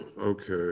Okay